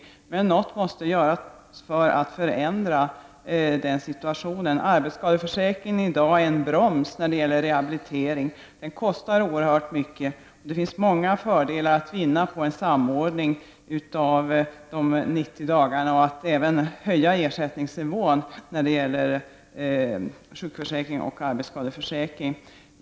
Något måste emellertid göras för att förändra situationen. Arbetsskadeförsäkringen är i dag en broms när det gäller rehabilitering. Den kostar oerhört mycket, och det finns många fördelar att vinna på en samordning av de 90 dagarna och att även höja ersättningsnivån i fråga om sjukförsäkring och arbetsskadeförsäkring.